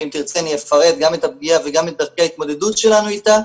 ואם תרצי אני אפרט גם את הפגיעה וגם את דרכי ההתמודדות שלנו איתה,